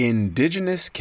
Indigenous